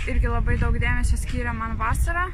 irgi labai daug dėmesio skyrė man vasarą